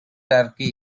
turkey